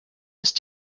ist